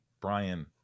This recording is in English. Brian